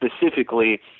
specifically